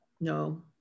no